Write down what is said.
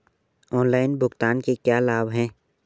Online भुगतान के क्या लाभ हैं?